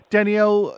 Danielle